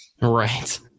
Right